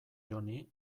joni